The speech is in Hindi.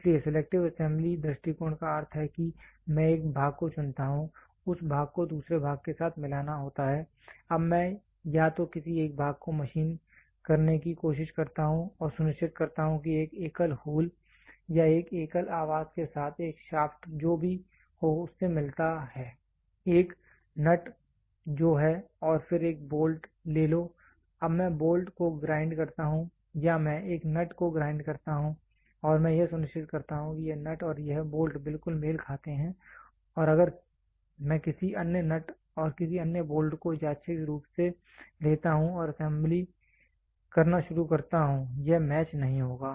इसलिए सिलेक्टिव असेंबली दृष्टिकोण का अर्थ है कि मैं एक भाग को चुनता हूं उस भाग को दूसरे भाग के साथ मिलाना होता है अब मैं या तो किसी एक भाग को मशीन करने की कोशिश करता हूं और सुनिश्चित करता हूं कि एक एकल होल या एक एकल आवास के साथ एक शाफ्ट जो भी हो उससे मिलता है एक नट जो है और फिर एक बोल्ट ले लो अब मैं बोल्ट को ग्राइंड करता हूं या मैं एक नट को ग्राइंड करता हूं और मैं यह सुनिश्चित करता हूं कि यह नट और यह बोल्ट बिल्कुल मेल खाते हैं और अगर मैं किसी अन्य नट और किसी अन्य बोल्ट को यादृच्छिक रूप से लेता हूं और असेंबली करना शुरू करता हूं यह मैच नहीं होगा